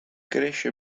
cresce